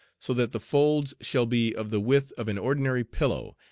so that the folds shall be of the width of an ordinary pillow,